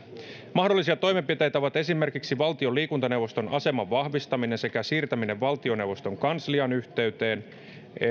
mahdollisia toimenpiteitä ovat esimerkiksi valtion liikuntaneuvoston aseman vahvistaminen sekä siirtäminen valtioneuvoston kanslian yhteyteen ja